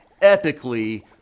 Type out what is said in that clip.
epically